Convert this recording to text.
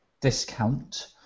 discount